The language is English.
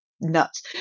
nuts